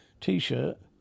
T-shirt